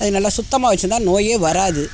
அது நல்லா சுத்தமாக வெச்சுருந்தா நோயே வராது